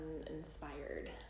uninspired